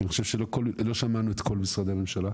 כי אני חושב שלא שמענו את כל משרדי הממשלה,